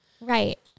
Right